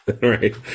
Right